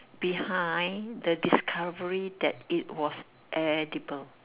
behind the discovery that it was edible